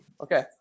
Okay